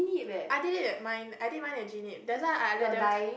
I did it mine I did mine in Jean-Yip that's why I let them cut